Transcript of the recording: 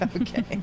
Okay